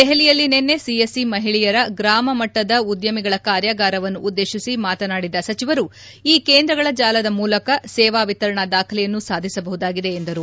ದೆಹಲಿಯಲ್ಲಿ ನಿನ್ನೆ C S C ಮಹಿಳೆಯ ಗ್ರಾಮ ಮಟ್ಟದ ಉದ್ಯಮಿಗಳ ಕಾರ್ಯಾಗಾರವನ್ನು ಉದ್ದೇಶಿಸಿ ಮಾತನಾಡಿದ ಸಚಿವರು ಈ ಕೇಂದ್ರಗಳ ಜಾಲದ ಮೂಲಕ ಸೇವಾ ವಿತರಣಾ ದಾಖಲೆಯನ್ನು ಸಾಧಿಸಬಹುದಾಗಿದೆ ಎಂದರು